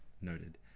noted